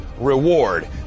reward